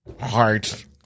heart